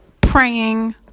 praying